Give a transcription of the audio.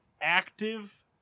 active